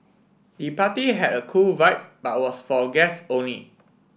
the party had a cool vibe but was for guests only